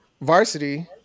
varsity